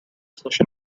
session